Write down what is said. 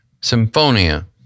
Symphonia